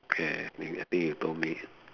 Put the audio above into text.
ya i think you told me